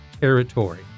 territory